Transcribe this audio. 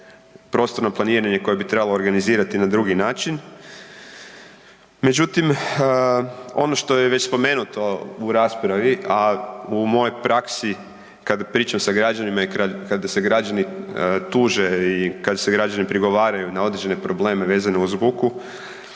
prostorno planiranje koje bi trebalo organizirati na drugi način. Međutim, ono što je već spomenuto u raspravi, a u mojoj praksi kada pričanim sa građanima i kada se građani tuže i kada građani prigovaraju na određene probleme vezano uz buku